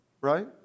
right